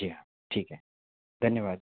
जी हाँ ठीक है धन्यवाद